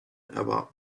about